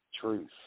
Truth